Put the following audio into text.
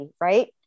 Right